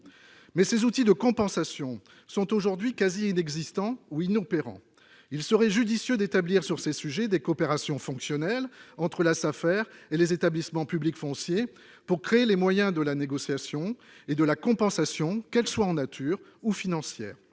mais ces outils de compensation sont aujourd'hui quasi inexistants ou inopérants. Il serait judicieux d'établir sur ces sujets des coopérations fonctionnelles entre les Safer et les établissements publics fonciers pour créer les moyens de la négociation et de la compensation, que celle-ci soit en nature ou financière.